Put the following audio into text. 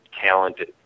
talented